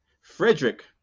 Frederick